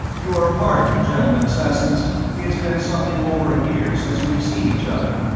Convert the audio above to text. your pardon, gentlemen-assassins it's been something over a year since we've seen each other.